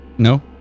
No